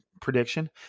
prediction